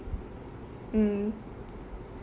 mm